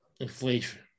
Inflation